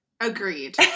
Agreed